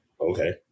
Okay